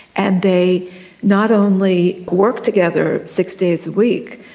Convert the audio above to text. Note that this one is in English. and they not only worked together six days a week,